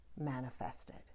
manifested